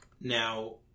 Now